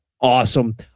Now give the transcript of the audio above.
Awesome